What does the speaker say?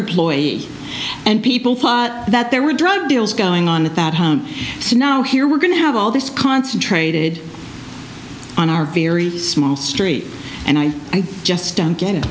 employee and people thought that there were drug deals going on at that home so now here we're going to have all this concentrated on our very small street and i just don't get it